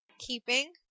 Keeping